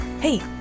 Hey